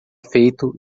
feito